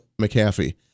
McAfee